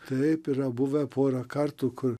taip yra buvę porą kartų kur